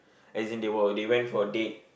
as in they were they went for a date